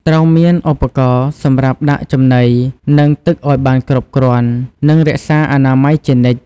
ត្រូវមានឧបករណ៍សម្រាប់ដាក់ចំណី និងទឹកឲ្យបានគ្រប់គ្រាន់ និងរក្សាអនាម័យជានិច្ច។